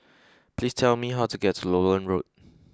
please tell me how to get to Lowland Road